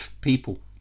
people